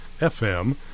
FM